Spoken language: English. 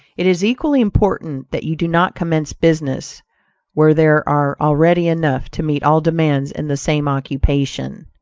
it is equally important that you do not commence business where there are already enough to meet all demands in the same occupation.